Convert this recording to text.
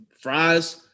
fries